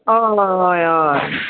हय हय हय